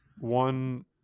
one